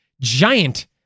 giant